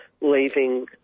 leaving